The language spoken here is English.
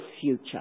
future